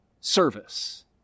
service